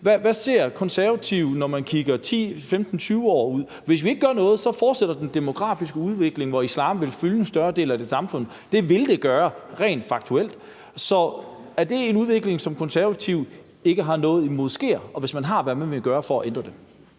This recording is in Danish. hvad Konservative ser, når de kigger 10-15-20 år ud i fremtiden. Hvis vi ikke gør noget, fortsætter den demografiske udvikling, hvor islam vil fylde en større del af samfundet. Det vil den gøre rent faktuelt. Så er det en udvikling, som Konservative ikke har noget imod sker? Og hvis man har, hvad vil man så gøre for at ændre det?